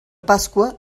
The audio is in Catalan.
pasqua